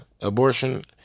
abortion